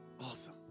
Awesome